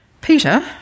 Peter